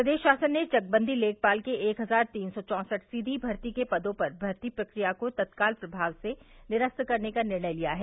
प्रदेश शासन ने चकबंदी लेखपाल के एक हजार तीन सौ चौसठ सीधी भर्ती के पदो पर भर्ती प्रक्रिया को तत्काल प्रभाव से निरस्त करने का निर्णय लिया है